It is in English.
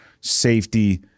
safety